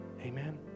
Amen